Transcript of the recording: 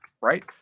right